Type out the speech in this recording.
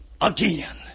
again